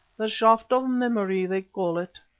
the shaft of memory they call it.